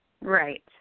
Right